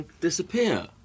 Disappear